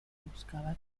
buscaba